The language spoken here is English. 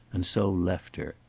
and so left her.